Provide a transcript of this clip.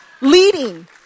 leading